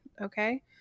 Okay